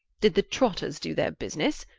did the trotters do their business?